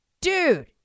Dude